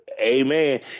Amen